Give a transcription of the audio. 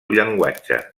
llenguatge